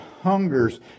hungers